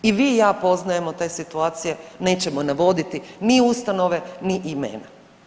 I vi i ja poznajemo te situacije, nećemo navoditi ni ustanove ni imena.